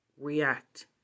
react